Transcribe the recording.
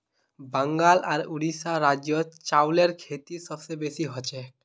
बंगाल आर उड़ीसा राज्यत चावलेर खेती सबस बेसी हछेक